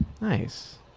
Nice